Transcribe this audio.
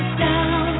down